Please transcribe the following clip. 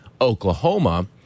Oklahoma